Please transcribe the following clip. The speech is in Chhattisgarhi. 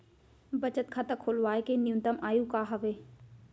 बचत खाता खोलवाय के न्यूनतम आयु का हवे?